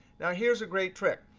now, here's a great trick.